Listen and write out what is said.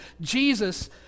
Jesus